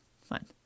Fine